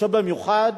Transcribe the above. במיוחד